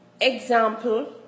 example